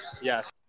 Yes